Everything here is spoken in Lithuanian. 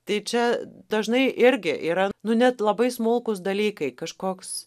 tai čia dažnai irgi yra nu net labai smulkūs dalykai kažkoks